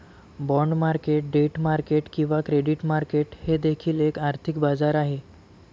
bond market debt market किंवा credit market हे देखील एक आर्थिक बाजार आहे